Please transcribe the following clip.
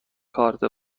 کارت